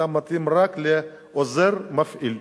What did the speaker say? אתה מתאים רק לעוזר מפעיל.